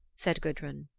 said gudrun.